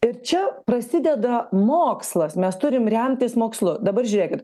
ir čia prasideda mokslas mes turim remtis mokslu dabar žiūrėkit